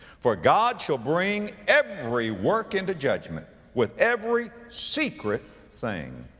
for god shall bring every work into judgment, with every secret thing,